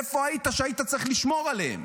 איפה היית כשהיית צריך לשמור עליהם?